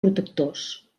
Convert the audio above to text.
protectors